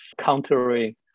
countering